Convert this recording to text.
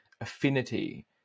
affinity